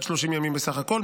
עד 30 ימים בסך הכול.